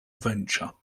venture